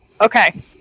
okay